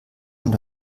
und